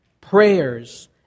prayers